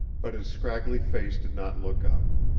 but his scraggly face did not look up.